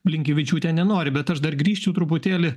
blinkevičiūtė nenori bet aš dar grįšiu truputėlį